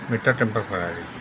metre tamper କରାଯାଇଛି